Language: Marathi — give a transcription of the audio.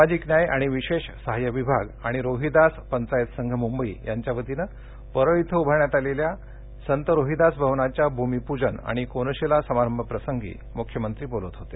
सामाजिक न्याय आणि विशेष सहाय्य विभाग आणि रोहिदास पंचायत संघ मुंबई यांच्या वतीनं परळ इथं उभारण्यात येणाऱ्या संत रोहिदास भवनाच्या भूमिपूजन आणि कोनशिला समारंभप्रसंगी मुख्यमंत्री बोलत होते